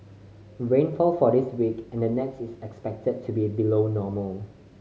rainfall for this week and the next is expected to be below normal